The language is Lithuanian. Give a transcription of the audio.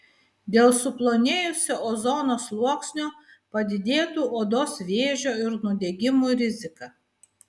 dėl suplonėjusio ozono sluoksnio padidėtų odos vėžio ir nudegimų rizika